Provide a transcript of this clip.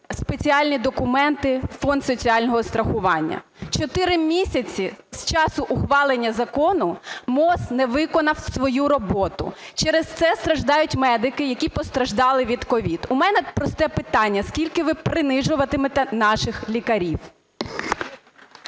спеціальні документи у Фонд соціального страхування. Чотири місяці з часу ухвалення закону МОЗ не виконав свою роботу, через це страждають медики, які постраждали від COVID. У мене просте питання. Скільки ви принижуватиме наших лікарів?